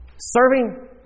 serving